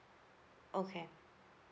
okay